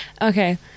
okay